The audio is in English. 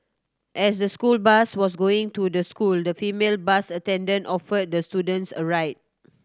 as the school bus was going to the school the female bus attendant offered the student a ride